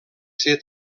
ser